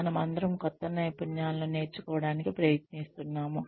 మనమందరం కొత్త నైపుణ్యాలను నేర్చుకోవడానికి ప్రయత్నిస్తున్నాము